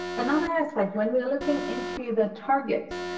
another aspect when we're looking into the targets,